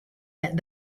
that